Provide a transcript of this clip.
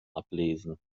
ablesen